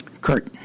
Kurt